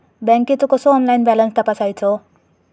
बँकेचो कसो online balance तपासायचो?